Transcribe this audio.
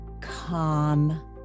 calm